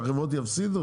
שהחברות יפסידו?